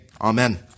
amen